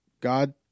God